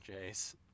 Jace